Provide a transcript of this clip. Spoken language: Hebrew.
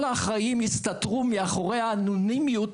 כל האחראים יסתתרו מאחורי האנונימיות